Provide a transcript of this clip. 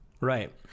Right